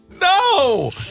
No